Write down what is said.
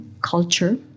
culture